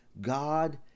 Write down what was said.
God